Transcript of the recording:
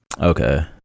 Okay